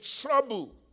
trouble